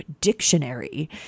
Dictionary